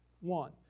one